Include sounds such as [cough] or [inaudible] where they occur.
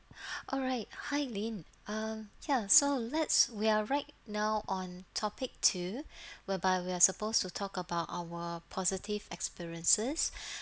[breath] alright hi leen um ya so let's we are right now on topic two whereby we are supposed to talk about our positive experiences